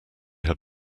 had